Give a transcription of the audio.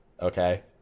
Okay